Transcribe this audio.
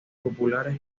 populares